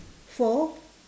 four